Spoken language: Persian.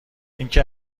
اینکه